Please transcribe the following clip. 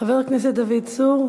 חבר הכנסת דוד צור,